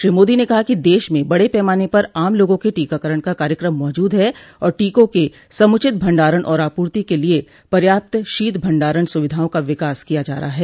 श्री मोदी ने कहा कि देश में बड़े पैमाने पर आम लोगों के टीकाकरण का कार्यक्रम मौजूद है और टोकों के समुचित भंडारण और आपूर्ति के लिए पर्याप्ति शीत भंडारण सुविधाओं का विकास किया जा रहा है